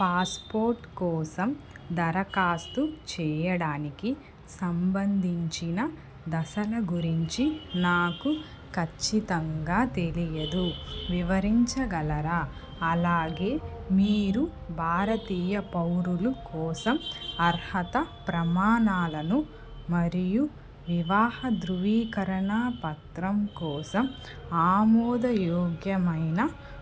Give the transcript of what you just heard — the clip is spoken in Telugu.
పాస్పోర్ట్ కోసం దరఖాస్తు చెయ్యడానికి సంబంధించిన దశల గురించి నాకు ఖచ్చితంగా తెలియదు వివరించగలరా అలాగే మీరు భారతీయ పౌరులు కోసం అర్హత ప్రమాణాలను మరియు వివాహ ధ్రువీకరణ పత్రం కోసం ఆమోదయోగ్యమైన